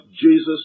Jesus